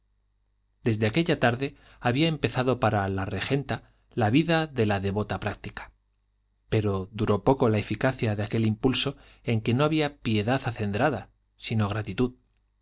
desde aquella tarde había empezado para la regenta la vida de la devota práctica pero duró poco la eficacia de aquel impulso en que no había piedad acendrada sino gratitud